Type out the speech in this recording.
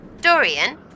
Dorian